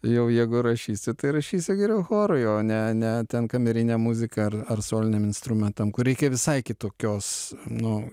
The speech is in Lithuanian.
jau jeigu rašysi tai rašysi geriau chorui o ne ne ten kamerinę muziką ar ar soliniam instrumentam kur reikia visai kitokios nu